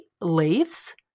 leaves